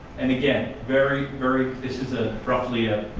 and again very, very this is ah roughly a